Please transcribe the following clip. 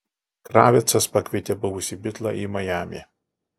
kravitcas pakvietė buvusį bitlą į majamį